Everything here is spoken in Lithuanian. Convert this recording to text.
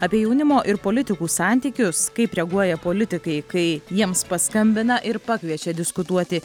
apie jaunimo ir politikų santykius kaip reaguoja politikai kai jiems paskambina ir pakviečia diskutuoti